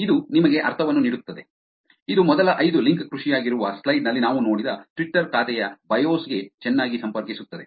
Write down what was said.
ಇದು ನಿಮಗೆ ಅರ್ಥವನ್ನು ನೀಡುತ್ತದೆ ಇದು ಮೊದಲ ಐದು ಲಿಂಕ್ ಕೃಷಿಯಾಗಿರುವ ಸ್ಲೈಡ್ ನಲ್ಲಿ ನಾವು ನೋಡಿದ ಟ್ವಿಟ್ಟರ್ ಖಾತೆಯ ಬಯೋಸ್ ಗೆ ಚೆನ್ನಾಗಿ ಸಂಪರ್ಕಿಸುತ್ತದೆ